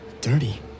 Dirty